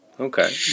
Okay